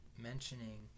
mentioning